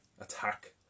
attack